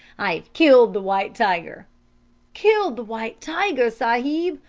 i've killed the white tiger killed the white tiger, sahib!